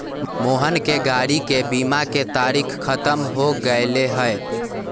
मोहन के गाड़ी के बीमा के तारिक ख़त्म हो गैले है